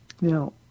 Now